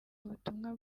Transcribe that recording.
ubutumwa